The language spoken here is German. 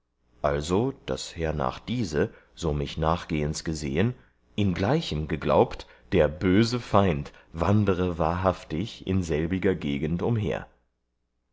also daß hernach diese so mich nachgehends gesehen ingleichem geglaubt der böse feind wandere wahrhaftig in selbiger gegend umher